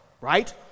right